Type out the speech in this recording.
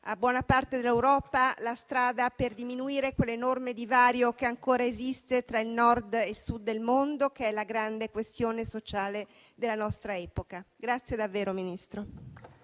a buona parte dell'Europa la strada per diminuire quell'enorme divario che ancora esiste tra il Nord e il Sud del mondo, che è la grande questione sociale della nostra epoca. Grazie davvero Ministro.